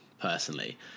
personally